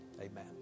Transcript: Amen